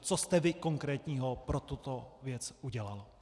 Co jste vy konkrétního pro tuto věc udělal.